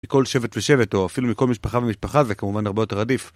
מכל שבט ושבט או אפילו מכל משפחה ומשפחה, זה כמובן הרבה יותר עדיף